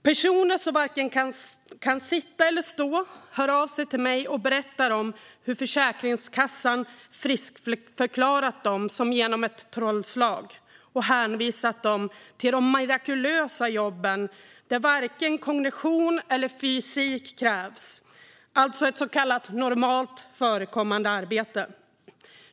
Personer som varken kan sitta eller stå hör av sig till mig och berättar hur Försäkringskassan friskförklarat dem, som genom ett trollslag, och hänvisat dem till de mirakulösa jobb där varken kognition eller fysik krävs - alltså ett så kallat normalt förekommande arbete.